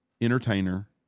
entertainer